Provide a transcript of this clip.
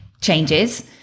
changes